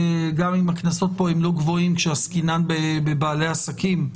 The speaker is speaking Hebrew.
גם אם הקנסות פה הם לא גבוהים שעסקינן בבעלי עסקים,